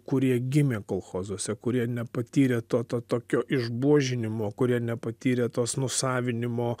kurie gimė kolchozuose kurie nepatyrė to to tokio išbuožinimo kurie nepatyrė tos nusavinimo